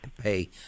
pay